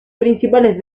principales